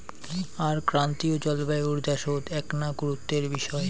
আর ক্রান্তীয় জলবায়ুর দ্যাশত এ্যাকনা গুরুত্বের বিষয়